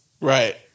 Right